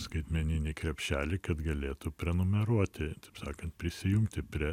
skaitmeninį krepšelį kad galėtų prenumeruoti taip sakant prisijungti prie